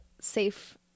safe